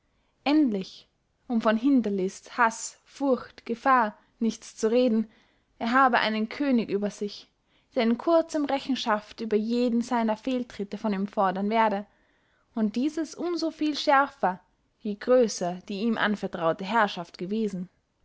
endlich um von hinderlist haß furcht gefahr nichts zu reden er habe einen könig über sich der in kurzem rechenschaft über jeden seiner fehltritte von ihm fordern werde und dieses um so viel schärfer je grösser die ihm anvertraute herrschaft gewesen